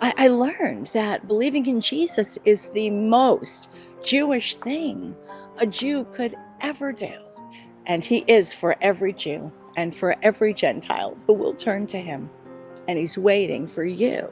i learned that believing in jesus is the most jewish thing a jew could ever do and he is for every jew and for every gentile, who will turn to him and he's waiting for you